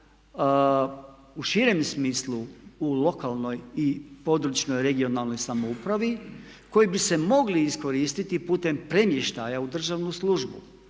u širem smislu u lokalnoj i područnoj (regionalno) samoupravi koji bi se mogli iskoristiti putem premještaja u državnu službu.